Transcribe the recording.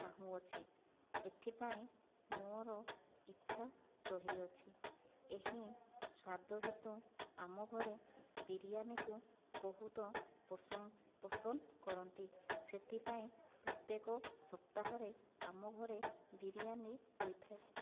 ଚାହୁଁଅଛି ଏଥିପାଇଁ ମୋର ଇଛା ରହିଅଛି ଏହି ସ୍ଵାଦ ହେତୁ ଆମ ଘରେ ବିରିୟାନିକୁ ବହୁତ ପସନ୍ଦ ପସନ୍ଦ କରନ୍ତି ସେଥିପାଇଁ ପ୍ରତ୍ୟକ ସପ୍ତାହରେ ଆମ ଘରେ ବିରିୟାନି ହୋଇଥାଏ